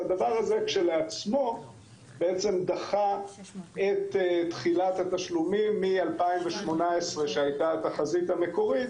הדבר הזה כשלעצמו דחה את תחילת התשלומים מ-2018 שהייתה התחזית המקורית